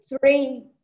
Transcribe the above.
three